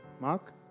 Mark